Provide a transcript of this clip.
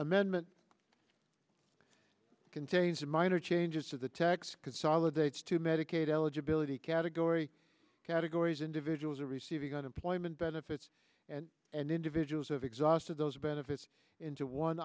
amendment contains minor changes to the tax consolidates to medicaid eligibility category categories individuals are receiving unemployment benefits and and individuals have exhausted those benefits into one